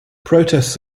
protests